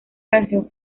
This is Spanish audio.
canción